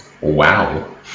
Wow